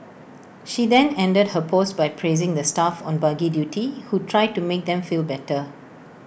she then ended her post by praising the staff on buggy duty who tried to make them feel better